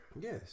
Yes